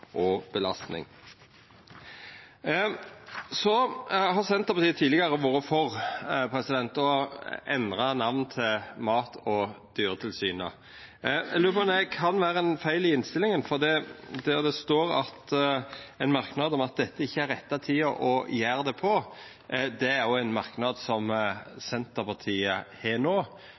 Senterpartiet har tidlegare vore for å endra namn til Mat- og dyretilsynet. Eg lurar på om det kan vera ein feil i innstillinga, for der står det ein merknad om at dette ikkje er rette tida å gjera det på. Det er òg ein merknad som Senterpartiet har